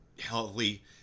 healthy